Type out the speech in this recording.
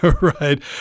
right